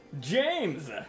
James